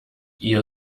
ihr